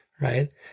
Right